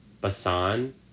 Basan